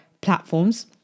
platforms